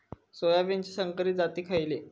सोयाबीनचे संकरित जाती खयले?